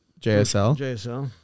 JSL